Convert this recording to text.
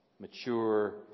mature